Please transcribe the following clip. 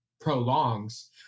prolongs